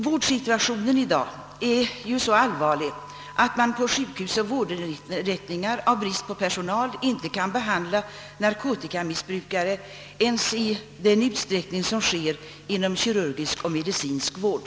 Vårdsituationen är i dag så allvarlig, att man på sjukhus och vårdinrättningar i brist på personal inte kan behandla narkotikamissbrukare ens i en utsträckning motsvarande vad som är fallet inom kirurgisk och medicinsk vård.